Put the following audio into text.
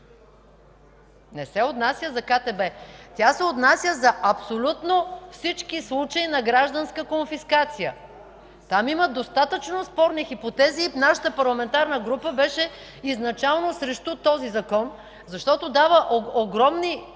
Не се отнася за КТБ! Тя се отнася за абсолютно всички случаи на гражданска конфискация. Там има достатъчно спорни хипотези и нашата парламентарна група беше изначално срещу този Закон, защото дава огромни